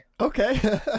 Okay